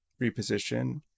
reposition